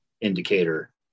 indicator